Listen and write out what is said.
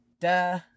Duh